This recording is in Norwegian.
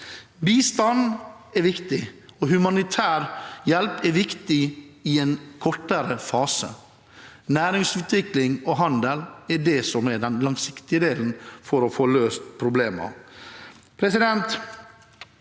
Bistand er viktig, og humanitær hjelp er viktig i en kortere fase. Næringsutvikling og handel er det som er den langsiktige delen for å få løst problemene.